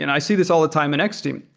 and i see this all the time in x-team.